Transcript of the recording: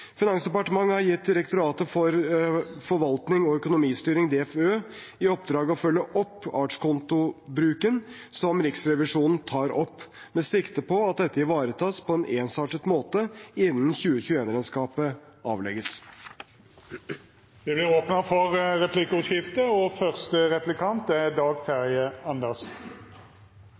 Finansdepartementet har gitt Direktoratet for forvaltning og økonomistyring, DFØ, i oppdrag å følge opp artskontobruken som Riksrevisjonen tar opp, med sikte på at dette ivaretas på en ensartet måte innen 2021-regnskapet avlegges. Det vert replikkordskifte. Det er bra at statsråden redegjør for